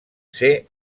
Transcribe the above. ser